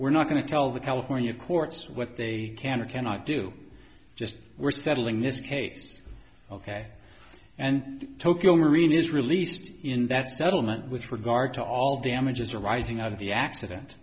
we're not going to tell the california courts what they can or cannot do just we're settling this case ok and tokyo marine is released in that settlement with regard to all damages arising out of the accident